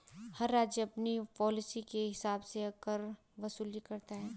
हर राज्य अपनी पॉलिसी के हिसाब से कर वसूली करता है